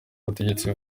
ubutegetsi